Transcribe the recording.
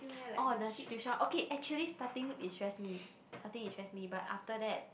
orh the tuition okay actually starting it stress me starting it stress me but after that